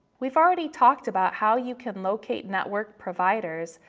we've already talked about how you can locate network providers,